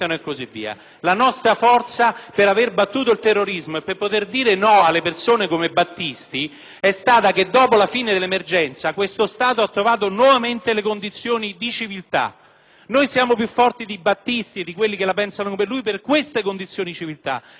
persone come Battisti si registra nel fatto che, dopo la fine dell'emergenza, questo Stato ha trovato nuovamente le condizioni di civiltà. Noi siamo più forti di Battisti e di quelli che la pensano come lui per queste condizioni di civiltà e dobbiamo e possiamo esserlo anche contro la mafia e le criminalità.